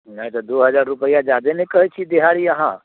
नहि तऽ दू हजार रूपैआ जादे नहि कहैत छी दिहाड़ी अहाँ